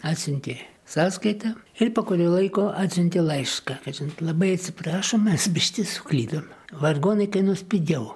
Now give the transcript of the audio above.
atsiuntė sąskaitą ir po kurio laiko atsiuntė laišką kad labai atsiprašom mes biškį suklydom vargonai kainuos pigiau